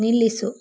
ನಿಲ್ಲಿಸು